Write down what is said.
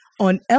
on